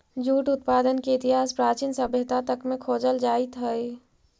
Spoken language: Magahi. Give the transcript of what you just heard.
जूट उत्पादन के इतिहास प्राचीन सभ्यता तक में खोजल जाइत हई